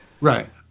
Right